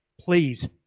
please